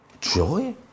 joy